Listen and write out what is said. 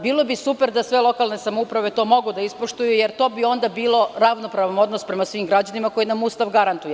Bilo bi super da sve lokalne samouprave to mogu da ispoštuju, jer to bi onda bio ravnopravan odnos prema svim građanima, koji nam Ustav garantuje.